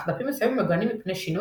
אך דפים מסוימים מוגנים מפני שינוי,